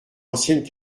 ancienne